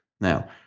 Now